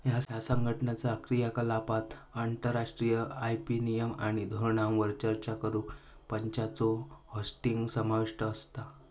ह्या संघटनाचा क्रियाकलापांत आंतरराष्ट्रीय आय.पी नियम आणि धोरणांवर चर्चा करुक मंचांचो होस्टिंग समाविष्ट असता